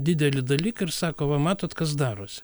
didelį dalyką ir sako va matot kas darosi